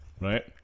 Right